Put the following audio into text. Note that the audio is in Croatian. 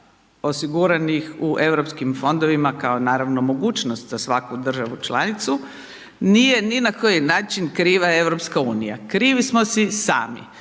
osiguranih u europskim fondovima kao naravno mogućnost za svaku državu članicu, nije ni na koji način kriva EU. Krivi smo si sami.